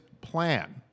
plan